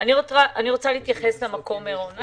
למירון.